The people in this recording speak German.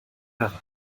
herein